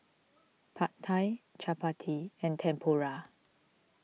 Pad Thai Chapati and Tempura